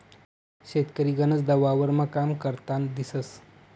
शेतकरी गनचदा वावरमा काम करतान दिसंस